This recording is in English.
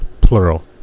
plural